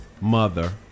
mother